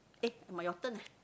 eh my your turn eh